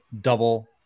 double